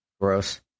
Gross